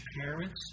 parents